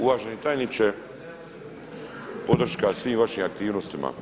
Uvaženi tajniče, podrška svim vašim aktivnostima.